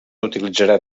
utilitzarà